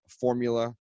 formula